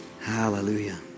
Hallelujah